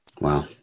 Wow